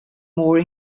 more